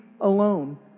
alone